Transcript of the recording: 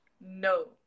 no